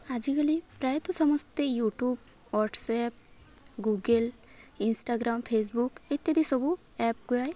ଆଜିକାଲି ପ୍ରାୟତଃ ସମସ୍ତେ YouTube WhatsApp Google Instagram Facebook ଇତ୍ୟାଦି ସବୁ ଆପ୍ ଗୁଡ଼ାଏ